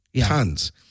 Tons